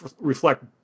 reflect